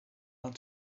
out